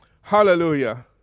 Hallelujah